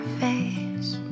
face